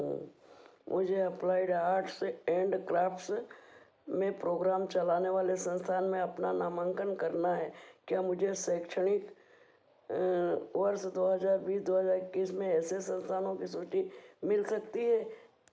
मुझे applied arts and crafts में programme चलाने वाले संस्थान में अपना नामंकन करना है क्या मुझे शैक्षणिक वर्ष दो हज़ार बीस दो हज़ार इक्कीस में ऐसे संस्थानों की सूची मिल सकती है